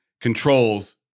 controls